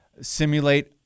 simulate